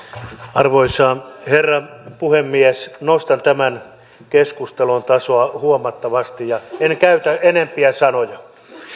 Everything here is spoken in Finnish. arvoisa herra puhemies nostan tämän keskustelun tasoa huomattavasti enkä käytä enempiä sanoja